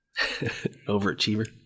overachiever